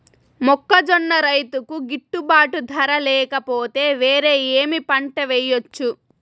మొక్కజొన్న రైతుకు గిట్టుబాటు ధర లేక పోతే, వేరే ఏమి పంట వెయ్యొచ్చు?